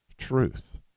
truth